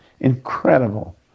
incredible